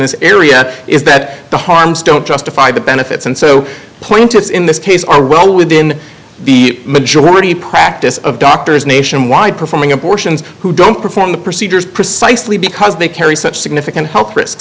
this area is that the harms don't justify the benefits and so plaintiffs in this case are well within the majority practice of doctors nationwide performing abortions who don't perform the procedures precisely because they carry such significant health risk